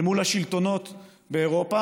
אל מול השלטונות באירופה,